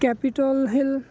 capital hill